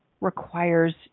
requires